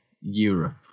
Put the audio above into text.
Europe